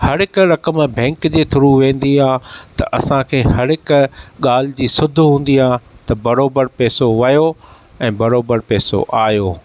हर हिक रक़म बैंक जे थ्रू वेंदी आहे त असां खे हर हिक ॻाल्हि जी सुद रहिंदी आहे त बरोबर पैसो वयो ऐं बरोबर पैसो आयो